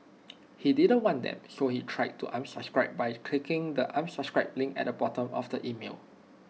he didn't want them so he tried to unsubscribe by clicking the unsubscribe link at the bottom of the email